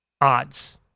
odds